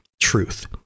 truth